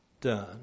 done